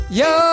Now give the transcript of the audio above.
yo